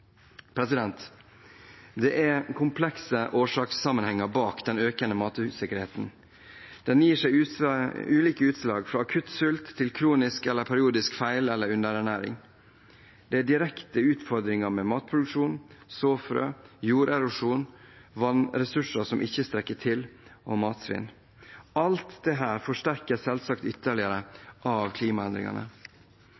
Det er komplekse årsakssammenhenger bak den økende matusikkerheten. Den gir seg ulike utslag, fra akutt sult til kronisk eller periodisk feil- eller underernæring. Det er direkte utfordringer med matproduksjon, såfrø og jorderosjon, vannressurser som ikke strekker til og matsvinn. Alt dette forsterkes selvsagt ytterligere